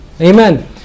amen